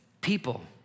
people